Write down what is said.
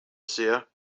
seer